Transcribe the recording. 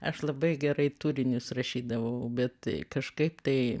aš labai gerai turinius rašydavau bet kažkaip tai